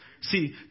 See